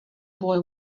boy